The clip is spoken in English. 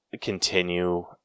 continue